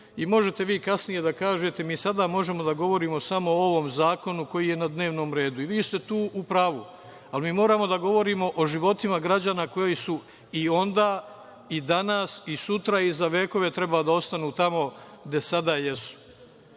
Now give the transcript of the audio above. i možete vi kasnije da kažete, mi sada možemo da govorimo samo o ovom zakonu koji je na dnevnom redu i vi ste tu u pravu, ali mi moramo da govorimo o životima građana koji su i onda, i danas i sutra i za vekove treba da ostanu tamo gde sada jesu. Neke